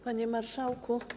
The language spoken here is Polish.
Panie Marszałku!